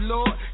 Lord